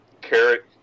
Carrot